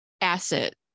asset